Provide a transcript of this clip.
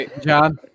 John